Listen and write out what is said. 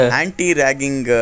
anti-ragging